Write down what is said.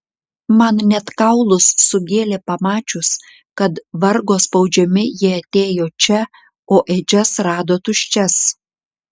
man net kaulus sugėlė pamačius kad vargo spaudžiami jie atėjo čia o ėdžias rado tuščias